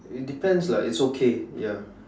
it depends lah it's okay ya